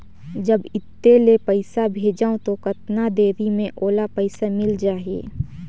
जब इत्ते ले पइसा भेजवं तो कतना देरी मे ओला पइसा मिल जाही?